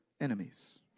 enemies